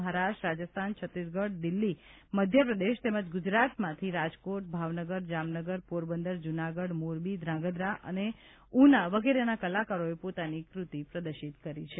મહારાષ્ટ્ર રાજસ્થાન છત્તીસગઢ દિલ્હી મધ્યપ્રદેશ તેમજ ગુજરાતમાંથી રાજકોટ ભાવનગર જામનગર પોરબંદર જૂનાગઢ મોરબી ધ્રાંગધ્રા ઉના વગેરેના કલાકારોએ પોતાની ક્રતિ પ્રદર્શીત કરી છે